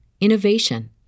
innovation